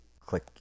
click